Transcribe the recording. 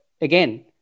again